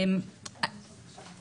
את הנימוקים.